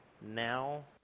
now